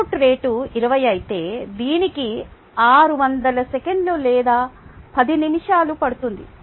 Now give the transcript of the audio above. input rate 20 అయితే దీనికి 600 సెకన్లు లేదా 10 నిమిషాలు పడుతుంది